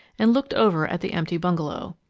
and looked over at the empty bungalow.